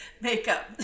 Makeup